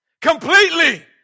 Completely